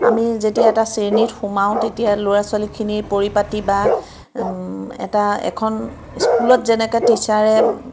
আমি যেতিয়া এটা শ্ৰেণীত সোমাওঁ তেতিয়া ল'ৰা ছোৱালীখিনি পৰিপাতি বা এটা এখন স্কুলত যেনেকৈ টিচাৰে